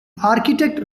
architect